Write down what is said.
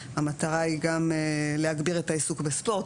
המטרה היא גם להגביר את העיסוק בספורט,